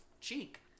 cheek